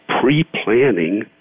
pre-planning